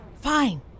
Fine